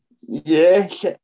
Yes